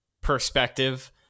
perspective